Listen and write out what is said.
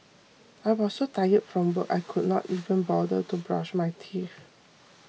I was so tired from work I could not even bother to brush my teeth